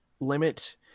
limit